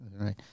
right